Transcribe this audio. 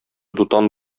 дутан